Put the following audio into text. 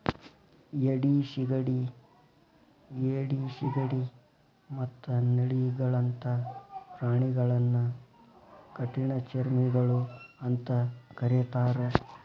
ಏಡಿ, ಸಿಗಡಿ ಮತ್ತ ನಳ್ಳಿಗಳಂತ ಪ್ರಾಣಿಗಳನ್ನ ಕಠಿಣಚರ್ಮಿಗಳು ಅಂತ ಕರೇತಾರ